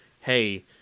hey